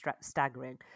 staggering